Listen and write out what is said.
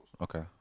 Okay